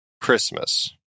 Christmas